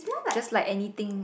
just like anything